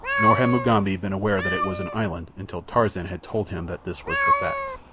nor had mugambi been aware that it was an island until tarzan had told him that this was the fact.